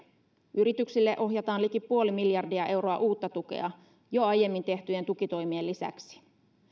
yrityksille ohjataan liki puoli miljardia euroa uutta tukea jo aiemmin tehtyjen tukitoimien lisäksi